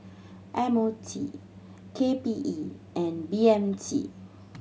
M O T K P E and B M T